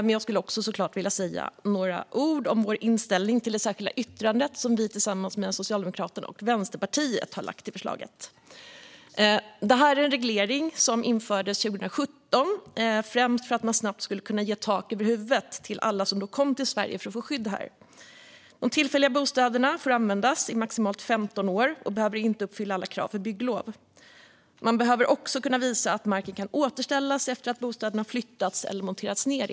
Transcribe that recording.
Men jag skulle såklart vilja säga några ord om vår inställning till det särskilda yttrande som vi tillsammans med Socialdemokraterna och Vänsterpartiet har i betänkandet. Detta är en reglering som infördes 2017, främst för att man snabbt skulle kunna ge tak över huvudet till alla som då kom till Sverige för att få skydd här. De tillfälliga bostäderna får användas i maximalt 15 år och behöver inte uppfylla alla krav för bygglov. Man behöver också kunna visa att marken kan återställas efter att bostäderna har flyttats eller monterats ned.